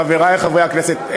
חברי חברי הכנסת,